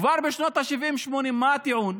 כבר בשנות השבעים-שמונים, מה הטיעון?